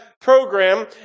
program